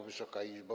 Wysoka Izbo!